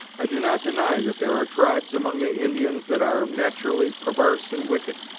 i do not deny that there are tribes among the indians that are nat'rally pervarse and wicked,